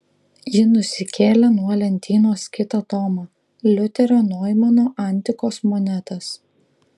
ji nusikėlė nuo lentynos kitą tomą liuterio noimano antikos monetas